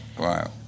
Wow